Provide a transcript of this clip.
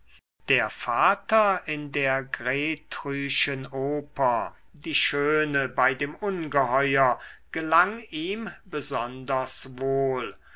der vater in der grtryschen oper die schöne bei dem ungeheuer gelang ihm besonders wohl